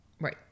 Right